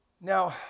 Now